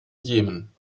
jemen